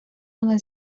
вона